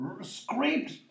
Scraped